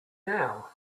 now